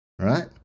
right